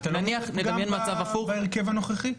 נניח נדמיין מצב הפוך --- אתה לא מוצא פגם בהרכב הנוכחי?